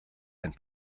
and